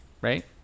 Right